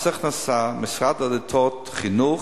מס הכנסה, משרד הדתות, חינוך,